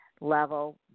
level